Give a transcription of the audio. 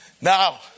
Now